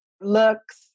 looks